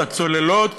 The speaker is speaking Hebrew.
הצוללות,